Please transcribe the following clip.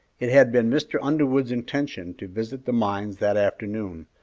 it had been mr. underwood's intention to visit the mines that afternoon,